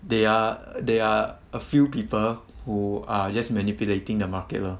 they are they are a few people who are just manipulating the market lah